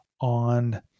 on